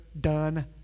done